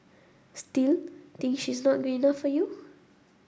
still think she's not good enough for you